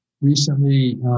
recently